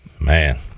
Man